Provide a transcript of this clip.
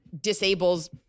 disables